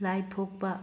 ꯂꯥꯏ ꯊꯣꯛꯄ